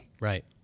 Right